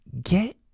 get